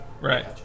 Right